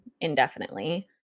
indefinitely